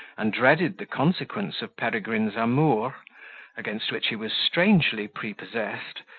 and dreaded the consequence of peregrine's amour, against which he was strangely prepossessed,